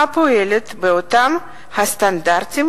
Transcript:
הפועלת באותם הסטנדרטים